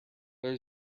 there